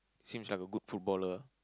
seems like a good footballer